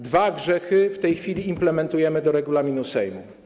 Dwa grzechy w tej chwili implementujemy do regulaminu Sejmu.